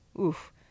Oof